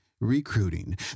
Recruiting